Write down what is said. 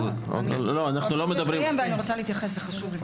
אבל איפה הבעיה חסר כוח אדם.